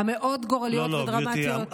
המאוד-גורליות ודרמטיות.